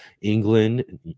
England